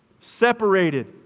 Separated